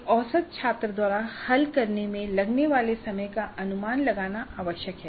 एक औसत छात्र द्वारा हल करने में लगने वाले समय का अनुमान लगाना आवश्यक है